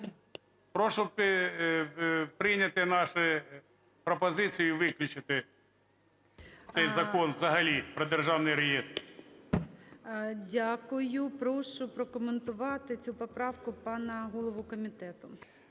Прошу прийняти наші пропозиції і виключити цей закон взагалі, про державний реєстр. ГОЛОВУЮЧИЙ. Дякую. Прошу прокоментувати цю поправка пана голову комітету.